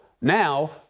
now